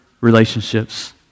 relationships